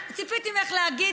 איך כולם קופצים.